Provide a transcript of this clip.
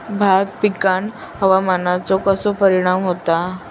भात पिकांर हवामानाचो कसो परिणाम होता?